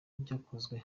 byakozwe